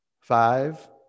Five